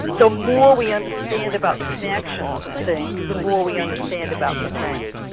the more we understand about the connections of things, the more we understand about the things.